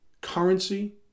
currency